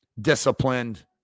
disciplined